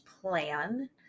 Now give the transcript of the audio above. plan